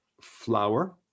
flour